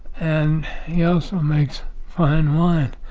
and he also makes fine wine,